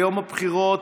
ביום הבחירות,